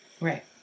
right